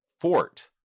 fort